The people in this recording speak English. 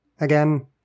again